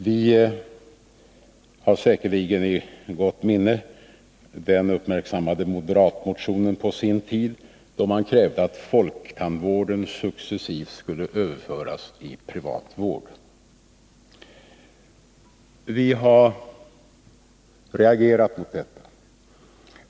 Flera har säkerligen i gott minne den på sin tid uppmärksammade moderatmotionen där man krävde att folktandvården successivt skulle överföras i privat vård. Vi har reagerat mot dessa förslag.